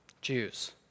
Jews